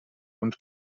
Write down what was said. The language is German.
und